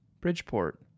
bridgeport